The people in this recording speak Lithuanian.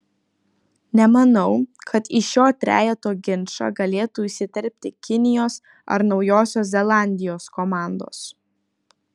nemanau kad į šio trejeto ginčą galėtų įsiterpti kinijos ar naujosios zelandijos komandos